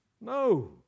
No